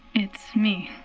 it's me,